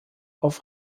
auf